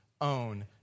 own